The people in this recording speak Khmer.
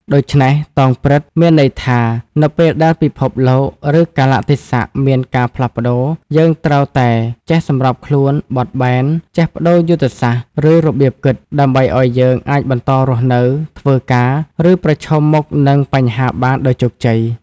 ដូច្នេះ "តោងព្រឹត្តិ" មានន័យថា នៅពេលដែលពិភពលោក ឬកាលៈទេសៈមានការផ្លាស់ប្តូរ យើងត្រូវតែចេះ សម្របខ្លួន បត់បែន ចេះប្តូរយុទ្ធសាស្ត្រ ឬរបៀបគិត ដើម្បីឱ្យយើងអាចបន្តរស់នៅ ធ្វើការ ឬប្រឈមមុខនឹងបញ្ហាបានដោយជោគជ័យ។